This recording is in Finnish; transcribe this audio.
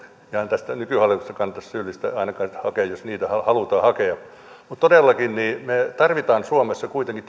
tästä nykyhallituksesta kannata syyllistä hakea jos niitä halutaan hakea mutta todellakin me tarvitsemme suomessa kuitenkin